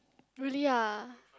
really ah